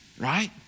right